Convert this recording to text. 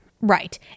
right